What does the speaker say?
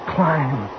Climb